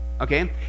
Okay